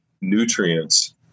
nutrients